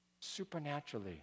supernaturally